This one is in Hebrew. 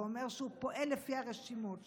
ואומר שהוא פועל לפי הרשימות שלו,